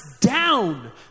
down